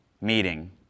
meeting